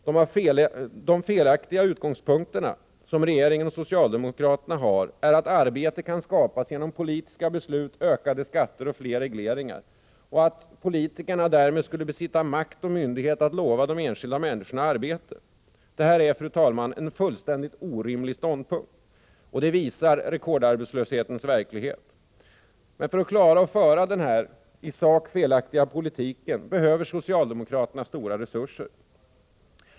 De felaktiga utgångspunkter som regeringen och socialdemokraterna har är att arbete kan skapas genom politiska beslut, ökade skatter och fler regleringar, och att politikerna därmed besitter makt och myndighet att lova de enskilda människorna arbete. Det är, fru talman, en fullkomligt orimlig ståndpunkt, och det visar rekordarbetslöshetens verklighet. För att klara att föra denna i sak felaktiga politik behöver socialdemokraterna stora resurser.